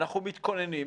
אנחנו מתכוננים,